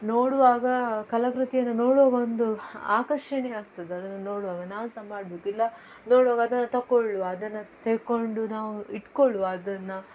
ನೋಡುವಾಗ ಕಲಾಕೃತಿಯನ್ನು ನೋಡುವಾಗ ಒಂದು ಆಕರ್ಷಣೆ ಆಗ್ತದೆ ಅದನ್ನು ನೋಡುವಾಗ ನಾವು ಸಹ ಮಾಡಬೇಕು ಇಲ್ಲ ನೋಡುವಾಗ ಅದನ್ನು ತಗೊಳ್ಳುವ ಅದನ್ನು ತಗೊಂಡು ನಾವು ಇಟ್ಕೊಳ್ಳುವ ಅದನ್ನು